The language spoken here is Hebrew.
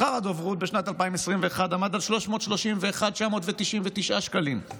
שכר הדוברות בשנת 2021 עמד על 331,999 שקלים,